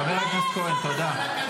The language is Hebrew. חבר הכנסת כהן, תודה.